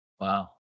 Wow